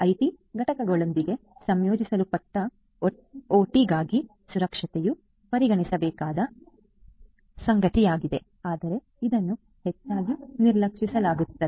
IT ಘಟಕಗಳೊಂದಿಗೆ ಸಂಯೋಜಿಸಲ್ಪಟ್ಟ ಒಟಿಗಾಗಿ ಸುರಕ್ಷತೆಯು ಪರಿಗಣಿಸಬೇಕಾದ ಸಂಗತಿಯಾಗಿದೆ ಆದರೆ ಇದನ್ನು ಹೆಚ್ಚಾಗಿ ನಿರ್ಲಕ್ಷಿಸಲಾಗುತ್ತದೆ